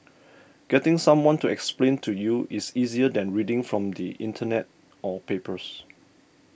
getting someone to explain to you is easier than reading from the Internet or papers